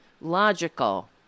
logical